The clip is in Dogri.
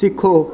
सिक्खो